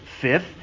Fifth